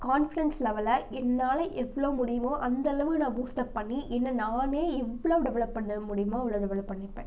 confidence லெவலை என்னால் எவ்வளோ முடியுமோ அந்தளவு நான் பூஸ்ட்அப் பண்ணி என்னை நானே எவ்வளோ டெவலப் பண்ண முடியுமோ அவ்வளோ டெவலப் பண்ணிப்பேன்